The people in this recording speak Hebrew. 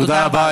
תודה רבה.